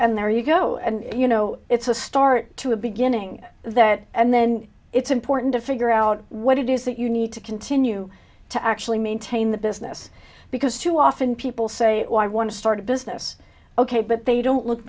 and there you go and you know it's a start to a beginning that and then it's important to figure out what do you think you need to continue to actually maintain the business because too often people say oh i want to start a business ok but they don't look